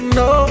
no